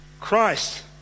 Christ